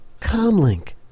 comlink